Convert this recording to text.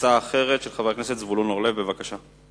הצעה אחרת של חבר הכנסת זבולון אורלב, בבקשה.